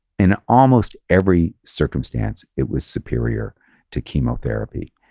in almost every circumstance, it was superior to chemotherapy.